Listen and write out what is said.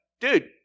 dude